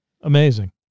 Amazing